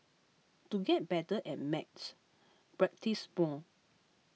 to get better at maths practise more